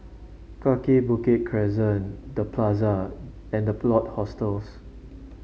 Kaki Bukit Crescent The Plaza and The Plot Hostels